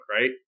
right